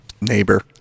neighbor